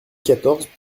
quatorze